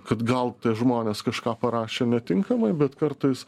kad gal tie žmonės kažką parašė netinkamai bet kartais